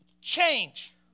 change